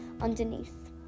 underneath